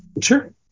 Sure